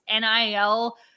NIL